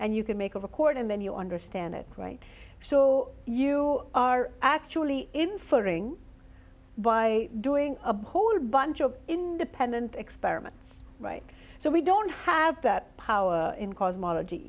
and you can make a record and then you understand it right so you are actually inferring by doing a whole bunch of independent experiments right so we don't have that power in cosmology